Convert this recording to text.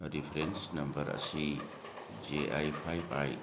reference number ꯑꯁꯤ J I five I